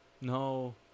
No